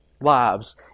lives